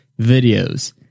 videos